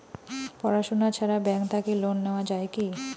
পড়াশুনা ছাড়া ব্যাংক থাকি লোন নেওয়া যায় কি?